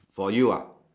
for you ah